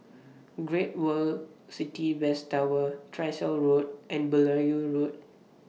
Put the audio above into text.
Great World City West Tower Tyersall Road and Beaulieu Road